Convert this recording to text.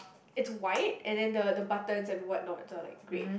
it's a white and then the the butters and white not like a grey